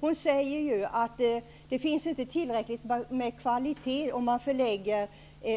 Hon säger ju att det inte finns tillräckligt med kvalitet om man förlägger